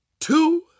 two